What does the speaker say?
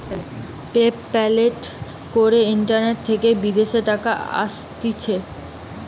pay প্যালে করে internet থেকে বিদেশের টাকা আসতিছে